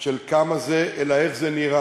של כמה זה, אלא איך זה נראה.